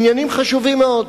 עניינים חשובים מאוד,